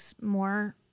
more